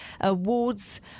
awards